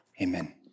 Amen